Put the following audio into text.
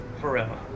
forever